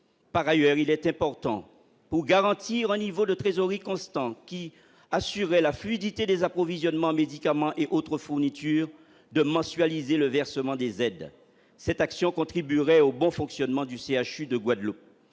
par ailleurs, il était pourtant pour garantir un niveau de trésorerie constante qui assurer la fluidité des approvisionnements, médicaments et autres fournitures de mensualiser le versement des aides cette action contribuerait au bon fonctionnement du CHU de Guadeloupe